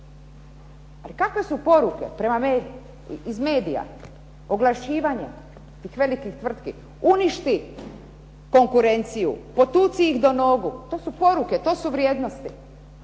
Ali kakve su poruke iz medija, oglašivanja tih velikih tvrtki. Uništi konkurenciju, potuci ih do nogu. To su poruke, to su vrijednosti,